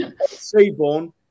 Seaborn